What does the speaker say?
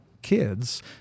kids